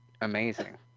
amazing